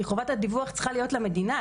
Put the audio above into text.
כי חובת הדיווח צריכה להיות למדינה,